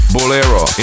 Bolero